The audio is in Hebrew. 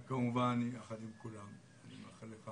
כמובן, יחד עם כולם, אני מאחל לך